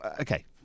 Okay